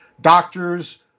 doctors